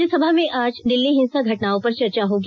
राज्यसभा में आज दिल्ली हिंसा घटनाओं पर चर्चा होगी